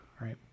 Right